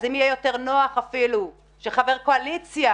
אם יהיה יותר נוח שחבר קואליציה